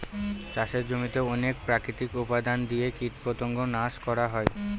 চাষের জমিতে অনেক প্রাকৃতিক উপাদান দিয়ে কীটপতঙ্গ নাশ করা হয়